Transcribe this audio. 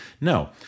No